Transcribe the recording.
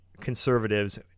conservatives